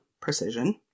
precision